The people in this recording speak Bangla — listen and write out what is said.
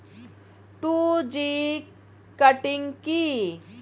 টু জি কাটিং কি?